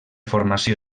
formació